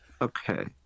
Okay